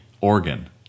organ